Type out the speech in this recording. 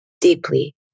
deeply